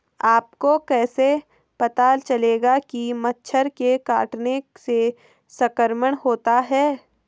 आपको कैसे पता चलेगा कि मच्छर के काटने से संक्रमण होता है?